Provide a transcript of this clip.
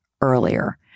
earlier